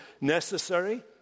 necessary